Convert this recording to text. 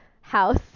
house